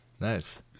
Nice